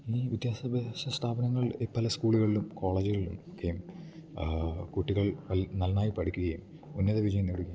ഈ വിദ്യാസഭ്യാസ സ്ഥാപനങ്ങൾ ഈ പല സ്കൂള്കൾളും കോളേജ്കൾളും ഒക്കെയും കുട്ടികൾ നന്നായി പടിക്ക്കയും ഉന്നത വിജ യം നേട്കയും